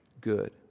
good